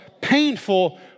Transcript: painful